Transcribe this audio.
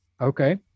Okay